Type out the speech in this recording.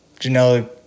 Janelle